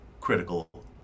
critical